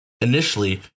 Initially